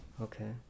okay